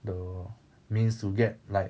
the means to get like